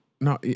no